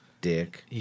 Dick